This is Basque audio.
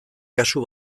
kasu